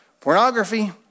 pornography